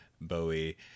Bowie